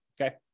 Okay